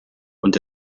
und